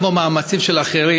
כמו מאמצים של אחרים,